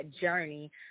journey